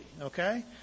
okay